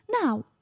Now